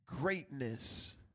greatness